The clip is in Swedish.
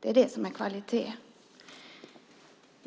Det är kvalitet.